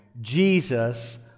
Jesus